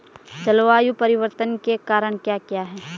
जलवायु परिवर्तन के कारण क्या क्या हैं?